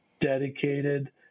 dedicated